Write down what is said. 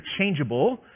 interchangeable